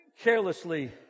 carelessly